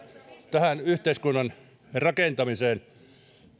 tähän yhteiskunnan rakentamiseen